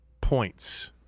points